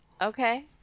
Okay